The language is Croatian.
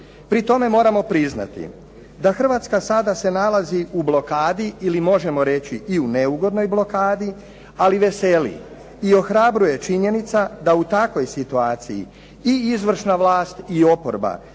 Pri tome moramo priznati da Hrvatska sada se nalazi u blokadi ili možemo reći i u neugodnoj blokadi, ali veseli i ohrabruje činjenica da u takvoj situaciji i izvršna vlast i oporba